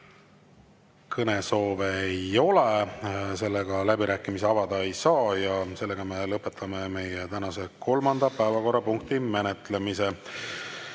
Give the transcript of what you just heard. Kõnesoove ei ole, läbirääkimisi avada ei saa. Me lõpetame meie tänase kolmanda päevakorrapunkti menetlemise.